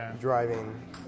driving